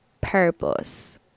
purpose